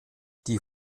die